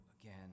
again